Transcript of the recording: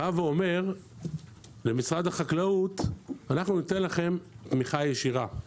בא ואומר למשרד החקלאות: אנחנו ניתן לכם תמיכה ישירה,